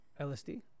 LSD